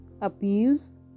abuse